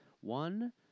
One